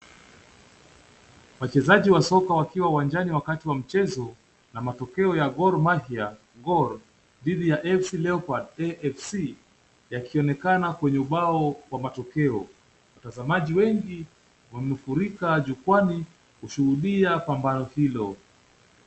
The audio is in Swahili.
Wachezaji wa soka wakiwa uwanjani wakati mchezo na matokeo ya Gor Mahia Gor dhidi ya AFC Leopards AFC yakionekana kwenye ubao wa matokeo. Watazamaji wengi wamafurika jukwani kushuhudia pambano hilo.